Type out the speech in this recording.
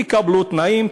תקבלו תנאים,